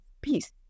peace